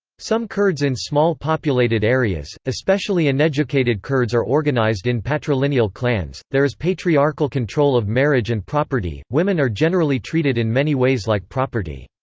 some kurds in small populated areas, especially uneducated kurds are organized in patrilineal clans, there is patriarchal control of marriage and property, women are generally treated in many ways like property.